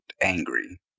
angry